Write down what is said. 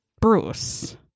Bruce